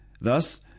Thus